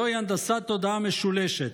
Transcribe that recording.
זוהי הנדסה תודעה משולשת.